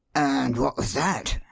and what was that?